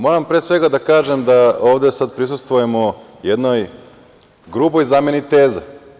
Moram, pre svega, da kažem da ovde sad prisustvujemo jednog gruboj zameni teza.